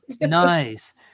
Nice